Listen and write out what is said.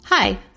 Hi